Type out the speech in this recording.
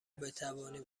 بتوانیم